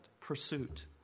pursuit